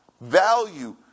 value